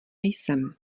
jsem